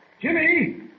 Jimmy